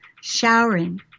showering